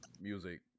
music